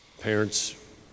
Parents